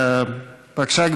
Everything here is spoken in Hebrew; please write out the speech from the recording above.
בבקשה,